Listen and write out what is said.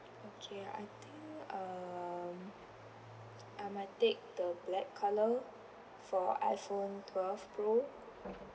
okay I think um I might take the black colour for iphone twelve pro